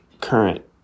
current